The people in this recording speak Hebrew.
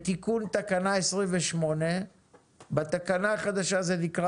בתיקון תקנה 28. בתקנה החדשה זה נקרא